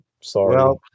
sorry